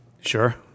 Sure